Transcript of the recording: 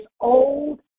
old